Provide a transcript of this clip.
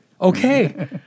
Okay